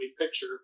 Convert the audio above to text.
picture